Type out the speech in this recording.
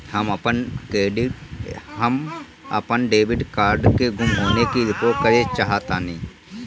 हम अपन debit card के गुम होने की रिपोर्ट करे चाहतानी